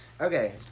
Okay